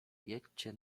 jedźcie